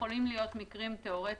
יכולים להיות מקרים תיאורטיים